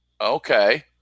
Okay